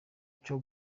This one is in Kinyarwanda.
cyo